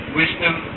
wisdom